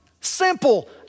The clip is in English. simple